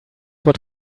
what